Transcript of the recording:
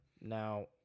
now